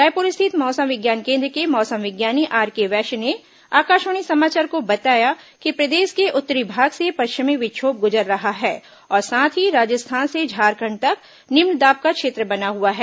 रायपुर स्थित मौसम विज्ञान केन्द्र के मौसम विज्ञानी आरके वैश्य ने आकाशवाणी समाचार को बताया कि प्रदेश के उत्तरी भाग से पश्चिमी विक्षोभ गुजर रहा है और साथ ही राजस्थान से झारखंड तक निम्न दाब का क्षेत्र बना हुआ है